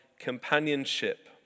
companionship